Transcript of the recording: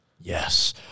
Yes